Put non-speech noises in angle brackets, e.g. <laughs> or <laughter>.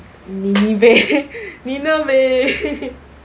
nineveh nineveh <laughs>